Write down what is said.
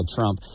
Trump